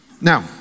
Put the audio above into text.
Now